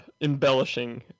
embellishing